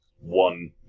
one